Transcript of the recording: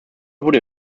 wurden